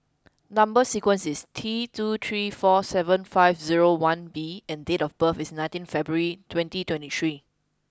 number sequence is T two three four seven five zero one B and date of birth is nineteen February twenty twenty three